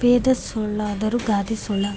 ವೇದ ಸುಳ್ಳಾದರೂ ಗಾದೆ ಸುಳ್ಳಾಗದು